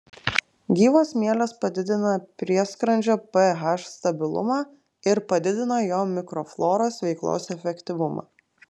gyvos mielės padidina prieskrandžio ph stabilumą ir padidina jo mikrofloros veiklos efektyvumą